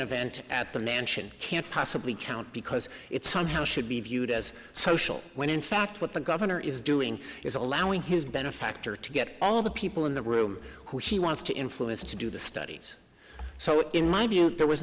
event at the mansion can't possibly count because it somehow should be viewed as social when in fact what the governor is doing is allowing his benefactor to get all the people in the room who he wants to influence to do the studies so in my view there was